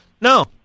No